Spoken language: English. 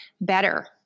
better